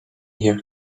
here